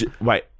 wait